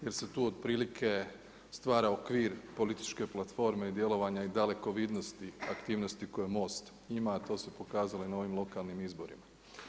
Jer se tu otprilike stvara okvir političke platforme i djelovanja i dalekovidnosti aktivnosti koje MOST ima a to se pokazalo i na ovim lokalnim izborima.